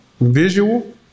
Visual